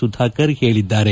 ಸುಧಾಕರ್ ಹೇಳಿದ್ದಾರೆ